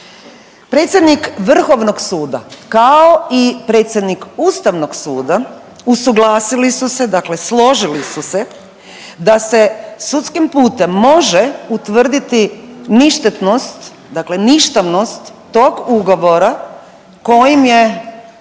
Predsjednik vrhovnog suda kao i predsjednik ustavnog suda usuglasili su se dakle složili su se da se sudskim putem može utvrditi ništetnost, dakle ništavnost tog ugovora kojim je